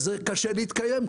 אז קשה להתקיים,